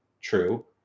true